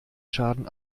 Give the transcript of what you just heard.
schaden